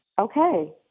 okay